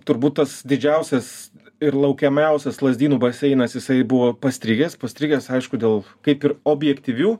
turbūt tas didžiausias ir laukiamiausias lazdynų baseinas jisai buvo pastrigęs pastrigęs aišku dėl kaip ir objektyvių